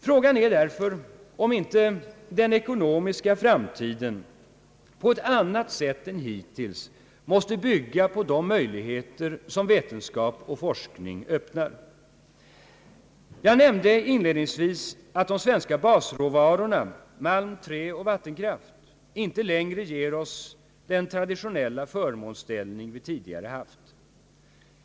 Frågan är därför om inte den ekonomiska framtiden på ett annat sätt än hittills måste bygga på de möjligheter som vetenskap och forskning öppnar. Jag nämnde inledningsvis att de svenska basråvarorna, malm, trä och vattenkraft, inte längre ger oss den traditionella förmånsställning vi tidigare haft.